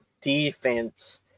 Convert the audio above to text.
defense